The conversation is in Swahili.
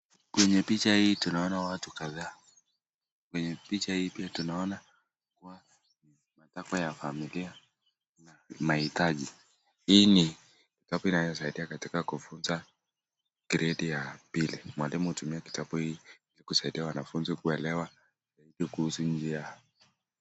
Kwenye picha hii tunaona watu kadhaa, kwenye picha hii pia tunaona mambo ya familia na mahitaji. Hii ni kitabu inayosaidia katika kufunza gredi ya pili, mwalimu hutumia kitabu hii kusaidia wanafunzi kuelewa kuhusu njia...